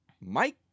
Mike